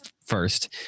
first